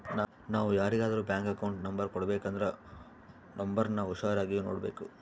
ನಾವು ಯಾರಿಗಾದ್ರೂ bank account number ಕೊಡಬೇಕಂದ್ರ ನೋಂಬರ್ನ ಹುಷಾರಾಗಿ ನೋಡ್ಬೇಕು